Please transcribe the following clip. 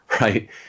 right